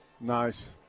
Nice